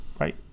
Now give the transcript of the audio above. right